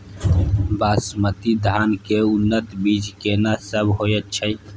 बासमती धान के उन्नत बीज केना सब होयत छै?